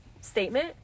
statement